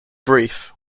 brief